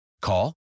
Call